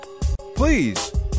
Please